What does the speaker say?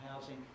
housing